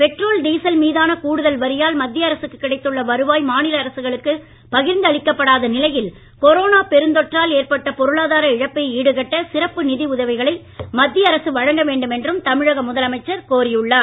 petrol diesel மீதான கூடுதல் வரியால் மத்திய அரசுக்கு கிடைத்துள்ள வருவாய் மாநில அரசுகளுக்கு பகிர்ந்து அளிக்கப்படாத நிலையில் கொரோனா பெருந்தொற்றால் ஏற்பட்ட பொருளாதார இழப்பை ஈடுகட்ட சிறப்பு நிதி உதவிகளை மத்திய அரசு வழங்க வேண்டும் என்றும் தமிழக முதலமைச்சர் கோரி உள்ளார்